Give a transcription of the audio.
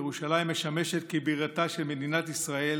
ירושלים משמשת כבירתה של מדינת ישראל,